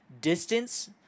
Distance